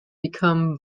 become